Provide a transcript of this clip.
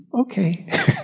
okay